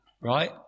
right